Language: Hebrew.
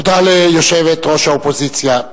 תודה ליושבת-ראש האופוזיציה.